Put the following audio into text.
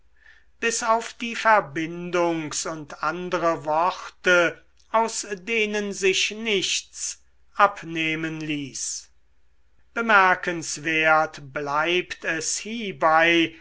bis auf die verbindungs und andre worte aus denen sich nichts abnehmen ließ bemerkenswert bleibt es hiebei